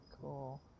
Cool